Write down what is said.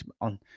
on